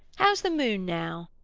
how's the moon now?